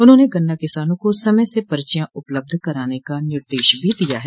उन्होंने गन्ना किसानों को समय से पर्चियां उपलब्ध कराने का निर्देश भी दिया है